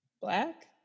black